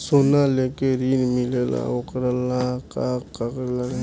सोना लेके ऋण मिलेला वोकरा ला का कागज लागी?